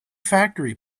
factory